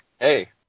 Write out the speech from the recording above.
hey